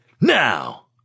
Now